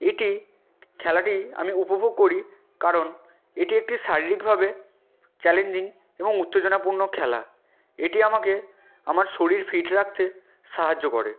এটি খেলাটি আমি উপভোগ করি কারণ এটি একটি শারীরিকভাবে চ্যালেঞ্জিং এবং উত্তেজনাপূর্ণ খেলা এটি আমাকে আমার শরীর ফিট রাখতে সাহায্য করে